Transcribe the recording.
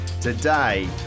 Today